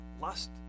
lust